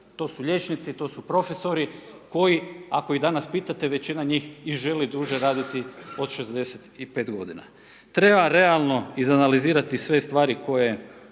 To su liječnici, to su profesori koji ako ih danas pitate, većina njih i želi duže raditi od 65 godina. Treba realno izanalizirati sve stvari koje